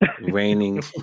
raining